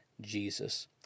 Jesus